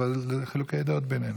אבל חילוקי דעות בינינו.